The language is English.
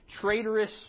traitorous